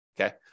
Okay